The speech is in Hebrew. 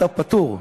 אתה פטור,